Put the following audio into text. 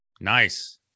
Nice